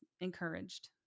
encouraged